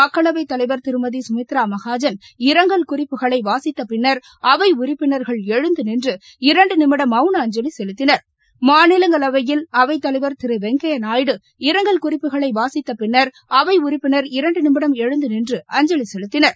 மக்களவைதலைவா் திருமதி சுமித்ரா மகாஜன் இரங்கல் குறிப்புகளை வாசித்தபின்னா் அவை உறுப்பினர்கள் எழுந்து நின்று இரண்டு நிமிட மௌன அஞ்சலி செலுத்தினர் மாநிலங்களைவியல் அவைத்தலைவர் திரு வெங்கையா நாயுடு இரங்கல் குறிப்புகளை வாசித்தபின்னர் அவை உறுப்பினர் இரண்டு நிமிடம் எழுந்து நின்று அஞ்சலி செலுத்தினர்